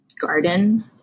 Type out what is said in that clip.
garden